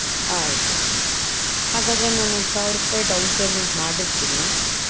ಆಯಿತು ಹಾಗಾದರೆ ನಾನು ಒಂದು ಸಾವಿರ ರೂಪಾಯಿ ಡೌನ್ ಪೇಮೆಂಟ್ ಮಾಡಿರ್ತೀನಿ